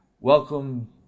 Welcome